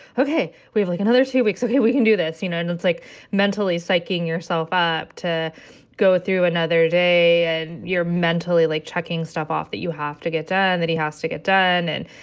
okay, we have, like, another two weeks. okay, we can do this. you know? and it's like mentally psyching yourself up to go through another day and you're mentally, like, checking stuff off that you have to get done, and that he has to get done. and,